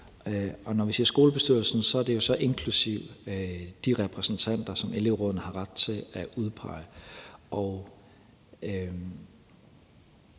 Og når vi siger skolebestyrelsen, er det jo så inklusive de repræsentanter, som elevrådene har ret til at udpege.